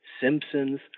Simpsons